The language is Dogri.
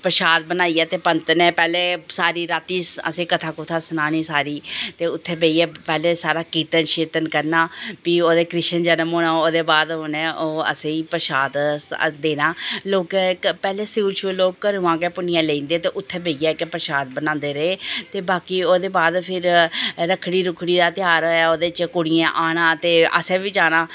परशाद बनाइयै पंत नै राती असेंगी कथा कुथा सनानी सारी ते उत्थें बेहियै कीर्तन शीर्तन करना फ्ही क्रिश्न जन्म होना ओह्दे बाद उनें असेंगी परशाद देना पैह्लें स्यूल लोग घरों दा गै भुन्नियै लेई जंदे हे ते उत्थें बेहियै अग्गैं परशाद बनांदे रेह् बाकी ओह्दे बाद रक्खड़ी रुक्खड़ी ध्याहार आया ओह्दे च कुड़ियें आना ते असें बी जाना